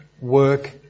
work